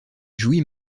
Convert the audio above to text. jouit